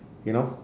you know